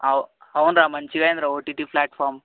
అవు అవునురా మంచిగా అయ్యింది రా ఓటీటీ ప్లాట్ఫామ్